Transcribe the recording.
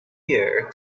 year